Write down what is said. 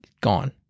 Gone